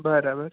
બરાબર